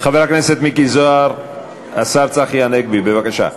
חבר הכנסת מיקי זוהר, השר צחי הנגבי, בבקשה.